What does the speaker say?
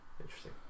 Interesting